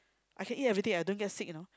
I can eat everyday and I don't get sick you know